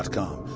com.